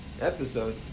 episode